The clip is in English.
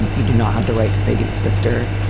and you do not have the right to say to your sister,